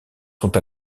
sont